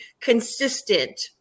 consistent